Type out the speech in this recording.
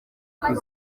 kuri